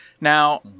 Now